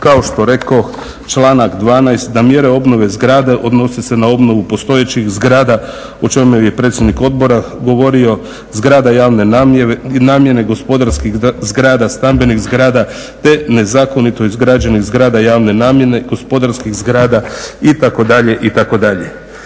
kao što rekoh članak 12. da mjere obnove zgrade odnose se na obnovu postojećih zgrada o čemu je i predsjednik odbora govorio. Zgrada javne namjene gospodarskih zgrada, stambenih zgrada, te nezakonito izgrađenih zgrada javne namjene, gospodarskih zgrada itd. itd.